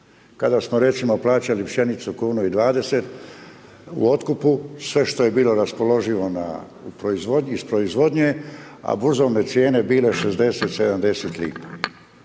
Kada smo recimo plaćali pšenicu kunu i 20 u otkupu sve što je bilo raspoloživo na, u proizvodnji, iz proizvodnje, a burzovne cijene bile 60, 70 lipa,